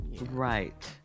Right